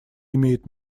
имеет